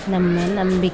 ನಮ್ಮ ನಂಬಿಕೆ